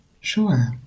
Sure